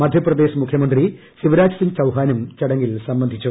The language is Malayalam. മധ്യപ്രദേശ് മുഖ്യമന്ത്രി ശിവരാജ് സിംഗ് ചൌഹാനും ചടങ്ങിൽ സംബന്ധിച്ചു